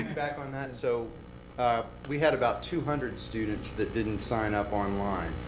back on that. so we had about two hundred students that didn't sign up online.